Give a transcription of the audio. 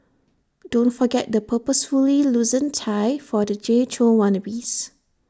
don't forget the purposefully loosened tie for the Jay Chou wannabes